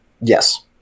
Yes